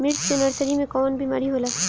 मिर्च के नर्सरी मे कवन बीमारी होला?